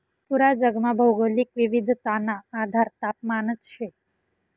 पूरा जगमा भौगोलिक विविधताना आधार तापमानच शे